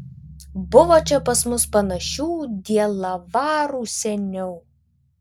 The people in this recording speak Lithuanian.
buvo čia pas mus panašių dielavarų seniau